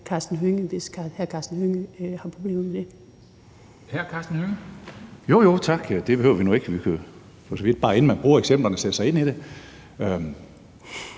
hvis hr. Karsten Hønge har problemer med det.